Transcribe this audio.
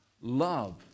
love